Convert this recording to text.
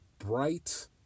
bright